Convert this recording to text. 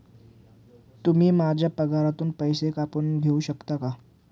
तुम्ही माझ्या पगारातून पैसे कापून घेऊ शकता का?